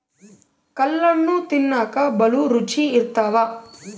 ಕಲ್ಲಣ್ಣು ತಿನ್ನಕ ಬಲೂ ರುಚಿ ಇರ್ತವ